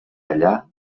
allà